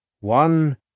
One